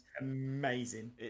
amazing